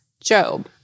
Job